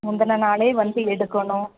முந்தின நாளே வந்து எடுக்கணும்